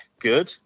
Good